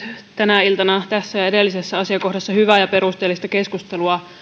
tänä iltana tässä ja edellisessä asiakohdassa hyvää ja perusteellista keskustelua